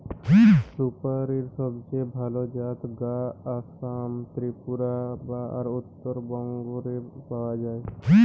সুপারীর সবচেয়ে ভালা জাত গা আসাম, ত্রিপুরা আর উত্তরবঙ্গ রে পাওয়া যায়